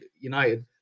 United